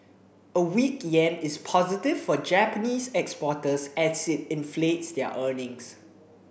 a weak yen is positive for Japanese exporters as it inflates their earnings